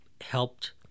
helped